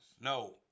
No